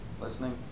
listening